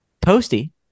posty